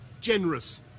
generous